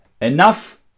enough